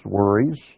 worries